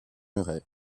murray